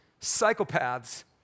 psychopaths